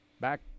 back